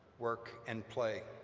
work, and play.